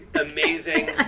amazing